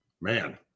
man